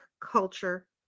culture